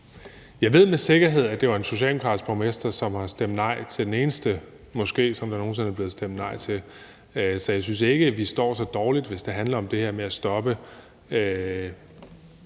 Jeg ved med sikkerhed, at det var en socialdemokratisk borgmester, som stemte nej til den eneste moské, som der nogen sinde er blevet stemt nej til. Så jeg synes ikke, at vi står så dårligt, hvis det handler om det her med at stoppe